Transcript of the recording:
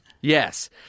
Yes